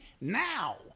now